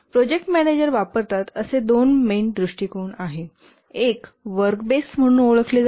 project manager वापरतात असे दोन मेन दृष्टिकोन आहेत एक वर्क बेस म्हणून ओळखले जाते